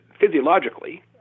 physiologically